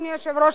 אדוני היושב-ראש,